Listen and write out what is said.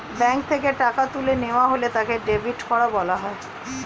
bank থেকে টাকা তুলে নেওয়া হলে তাকে ডেবিট করা বলা হয়